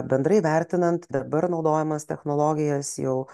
bendrai vertinant dabar naudojamas technologijas jau